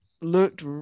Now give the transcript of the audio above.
looked